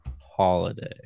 holiday